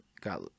got